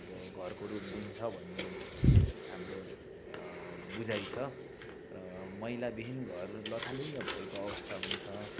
अब घरको रूप दिन्छ भन्ने हाम्रो बुझाइ छ र महिलादेखि घर लथालिङ्ग भएको अवस्था हुन्छ